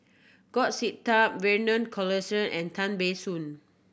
Goh Sin Tub Vernon Cornelius and Tan Ban Soon